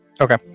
Okay